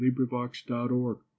LibriVox.org